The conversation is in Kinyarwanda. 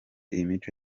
imico